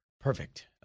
Perfect